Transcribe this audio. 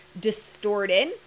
distorted